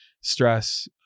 stress